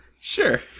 Sure